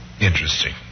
Interesting